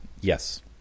Yes